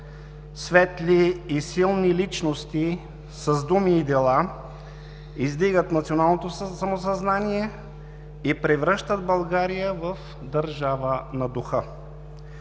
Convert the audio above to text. Светли и силни личности с думи и дела издигат националното самосъзнание и превръщат България в държава на духа.